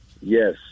Yes